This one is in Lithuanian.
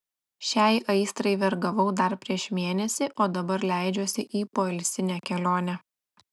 šiai aistrai vergavau dar prieš mėnesį o dabar leidžiuosi į poilsinę kelionę